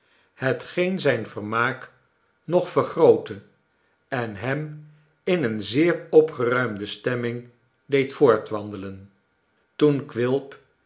hetgeen zijn vermaak nog vergrootte en hem in eene zeer opgeruimde stemming deed voortwandelen toen quilp